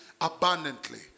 abundantly